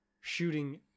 shooting